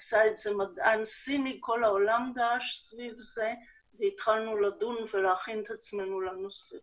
ותקן אותי, אתה בוודאי